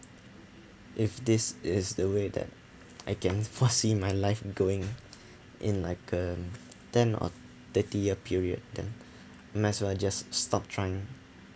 if this is the way that I can foresee my life going in like um ten or thirty-year period then might as well just stop trying